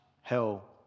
hell